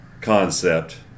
concept